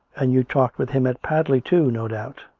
and you talked with him at padley, too, no doubt?